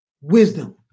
wisdom